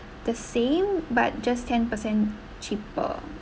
the same but just ten percent cheaper